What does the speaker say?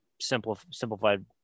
simplified